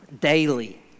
daily